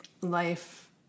life